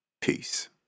Peace